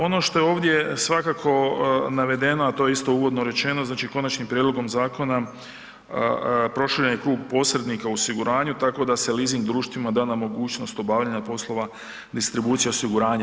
Ono što je ovdje svakako navedeno, a to je isto uvodno rečeno, znači konačnim prijedlogom zakona proširen je klub posrednika u osiguranju tako da se leasing društvima dana mogućnost obavljanja poslova distribucije osiguranja.